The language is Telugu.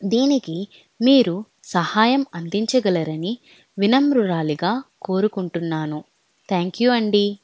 దీనికి మీరు సహాయం అందించగలరని వినమ్రురాలిగా కోరుకుంటున్నాను థ్యాంక్ యూ అండి